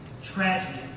Tragedy